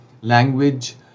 language